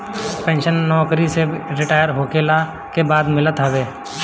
pension नोकरी से retire होखला के बाद मिलत हवे